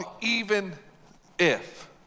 even-if